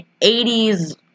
80s